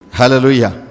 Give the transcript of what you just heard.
Hallelujah